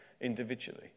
individually